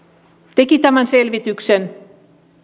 teki tämän selvityksen